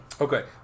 Okay